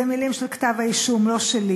אלה מילים של כתב האישום, לא שלי.